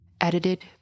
Edited